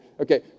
Okay